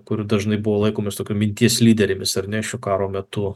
kur dažnai buvo laikomos tokiomis minties lyderėmis ar ne šio karo metu